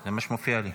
זה מה שמופיע לי.